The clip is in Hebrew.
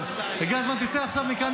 אחמד טיבי.